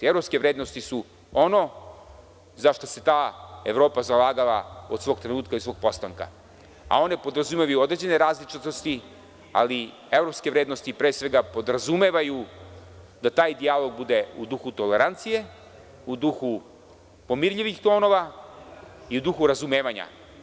Evropske vrednosti su ono za šta se ta Evropa zalagala od svog trenutka i od svog postanka, a one podrazumevaju i određene različitosti, ali evropske vrednosti, pre svega, podrazumevaju da taj dijalog bude u duhu tolerancije, u duhu pomirljivih tonova i u duhu razumevanja.